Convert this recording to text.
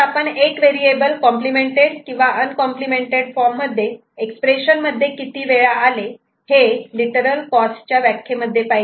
आपण एक variable complemented किंवा अनकॉम्प्लिमेंटएड फॉर्ममध्ये एक्सप्रेशन मध्ये किती वेळा आले हे लिटरल कॉस्ट च्या व्याख्येमध्ये पाहिले